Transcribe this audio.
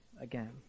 again